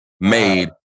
made